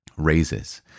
Raises